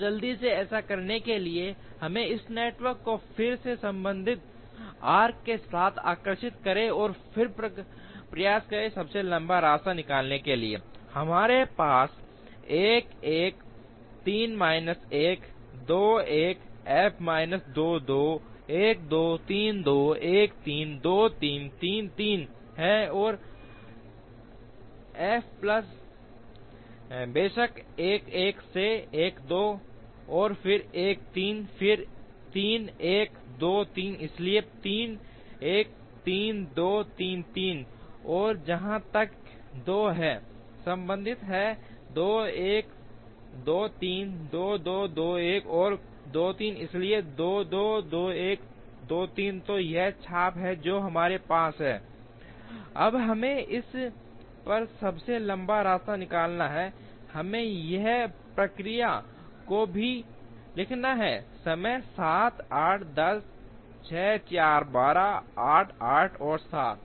तो जल्दी से ऐसा करने के लिए हमें इस नेटवर्क को फिर से संबंधित आर्क्स के साथ आकर्षित करें और फिर प्रयास करें सबसे लंबा रास्ता निकालने के लिए इसलिए हमारे पास 1 1 3 1 2 1 F 2 2 1 2 3 2 1 3 2 3 3 3 है ओर एफ प्लस बेशक 1 1 से 1 2 और फिर 1 3 फिर 3 1 2 3 इसलिए 3 1 3 2 3 3 और जहां तक 2 है संबंधित है 2 1 2 3 2 2 2 1 और 2 3 इसलिए 2 2 2 1 2 3 तो यह चाप है जो हमारे पास है अब हमें इस पर सबसे लंबा रास्ता निकालना है हमें इस प्रक्रिया को भी लिखना है समय 7 8 10 6 4 12 8 8 और 7